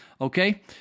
okay